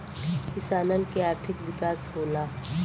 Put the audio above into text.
किसानन के आर्थिक विकास होला